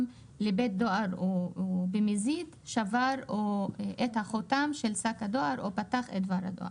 לבית דואר ובמזיד שבר את החותם של שק הדואר או פתח את דבר הדואר".